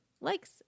likes